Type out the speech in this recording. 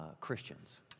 Christians